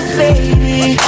baby